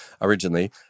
originally